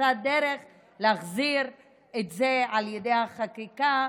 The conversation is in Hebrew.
נמצא דרך להחזיר את זה על ידי החקיקה,